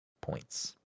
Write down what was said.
points